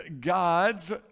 God's